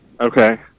Okay